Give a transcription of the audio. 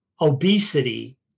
obesity